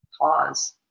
pause